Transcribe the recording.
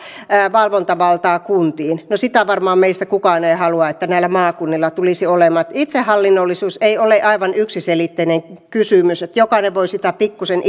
valvontavaltaa kuntiin no sitä varmaan meistä kukaan ei halua että näillä maakunnilla tulisi sitä olemaan itsehallinnollisuus ei ole aivan yksiselitteinen kysymys että jokainen voi sitä pikkuisen